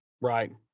Right